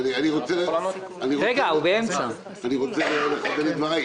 אני רוצה לחדד את דבריי.